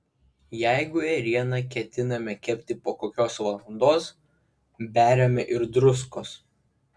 jeigu ėrieną ketiname kepti po kokios valandos beriame ir druskos